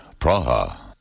Praha